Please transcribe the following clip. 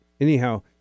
anyhow